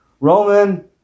Roman